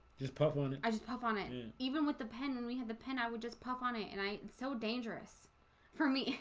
just puff on it. i just puff on it even with the pen and we had the pen i would just puff on it and i so dangerous for me.